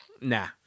nah